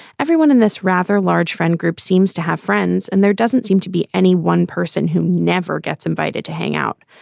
everyone in this rather large friend group seems to have friends, and there doesn't seem to be any one person who never gets invited to hang out.